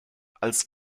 als